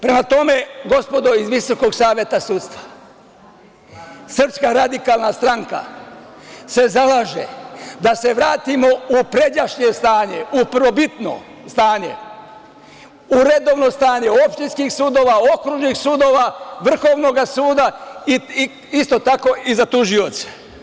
Prema tome, gospodo iz Visokog saveta sudstva, SRS se zalaže da se vratimo u pređašnje stanje, u prvobitno stanje, u redovno stanje opštinskih sudova, okružnih sudova, Vrhovnog suda i isto tako i za tužioce.